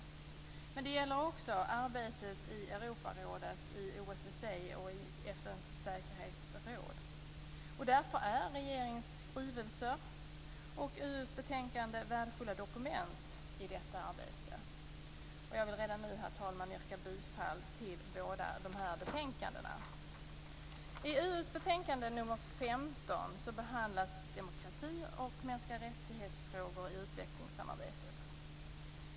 Men det gäller också arbetet i Europarådet, i OSSE och i FN:s säkerhetsråd. Därför är regeringens skrivelser och UU:s betänkanden värdefulla dokument i detta arbete. Jag vill redan nu, herr talman, yrka bifall till hemställningarna i båda betänkandena. I UU:s betänkande nr 15 behandlas demokratifrågor och frågor om mänskliga rättigheter i utvecklingssamarbetet.